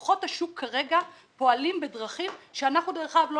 כוחות השוק כרגע פועלים בדרכים שאנחנו דרך אגב לא